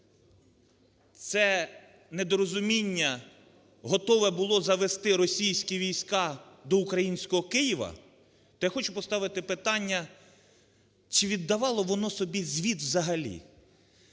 це недорозуміння готове було завезти російські війська до українського Києва, то я хочу поставити питання, чи віддавало воно собі звіт взагалі.